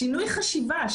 שינוי חשיבה,